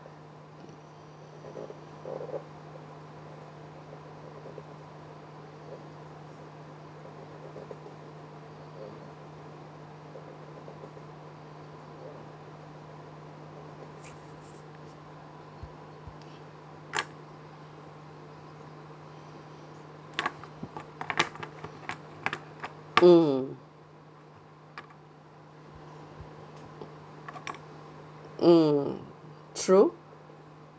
mm mm true